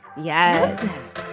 Yes